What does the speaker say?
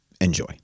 Enjoy